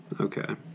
Okay